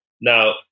Now